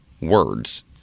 words